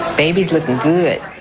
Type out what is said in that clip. baby's looking good